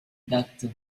date